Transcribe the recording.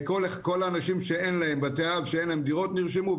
כל בתי האב שאין להם דירות נרשמו,